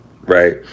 right